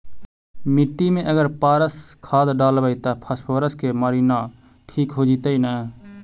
मिट्टी में अगर पारस खाद डालबै त फास्फोरस के माऋआ ठिक हो जितै न?